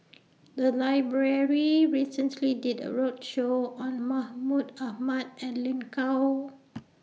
The Library recently did A roadshow on Mahmud Ahmad and Lin Gao